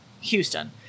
Houston